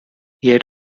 yet